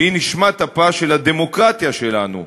שהיא נשמת אפה של הדמוקרטיה השלנו,